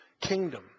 kingdom